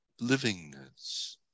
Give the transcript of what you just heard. livingness